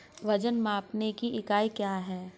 वजन मापने की इकाई क्या है?